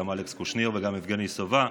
גם אלכס קושניר וגם יבגני סובה.